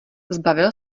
zbavil